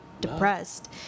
depressed